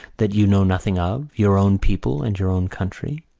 that you know nothing of, your own people, and your own country?